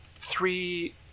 three